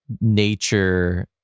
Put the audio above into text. nature